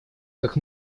как